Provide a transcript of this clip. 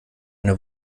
eine